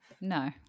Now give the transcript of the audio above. No